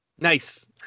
Nice